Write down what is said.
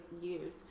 years